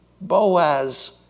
Boaz